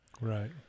Right